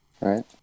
Right